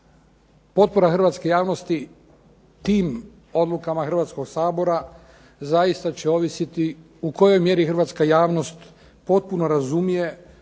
Potpora hrvatske javnosti tim odlukama Hrvatskog sabora zaista će ovisiti u kojoj mjeri hrvatska javnost potpuno razumije